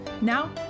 Now